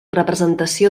representació